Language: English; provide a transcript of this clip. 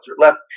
left